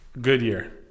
Goodyear